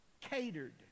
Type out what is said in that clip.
catered